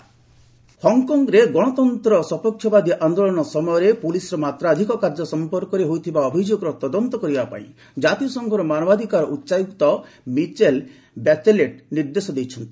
UN HRC Hong Kong ହଙ୍ଗ୍କଙ୍ଗ୍ରେ ଗଣତନ୍ତ୍ର ସପକ୍ଷବାଦୀ ଆନ୍ଦୋଳନ ସମୟରେ ପ୍ରଲିସ୍ର ମାତ୍ରାଧିକ କାର୍ଯ୍ୟ ସମ୍ପର୍କରେ ହୋଇଥିବା ଅଭିଯୋଗର ତଦନ୍ତ କରିବାପାଇଁ କାତିସଂଘର ମାନାବାଧିକାର ଉଚ୍ଚାୟୁକ୍ତ ମିଚେଲ୍ ବ୍ୟାଚେଲେଟ୍ ନିର୍ଦ୍ଦେଶ ଦେଇଛନ୍ତି